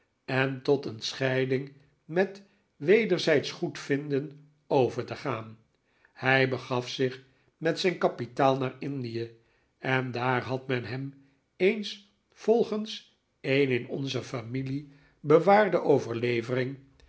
en tot een scheiding met wederzijdsch goedvinden over te gaan hij begaf zich met zijn kapitaal naar indie en daar had men hem eens volgens een in onze familie bewaarde overlevering